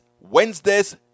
Wednesdays